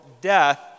death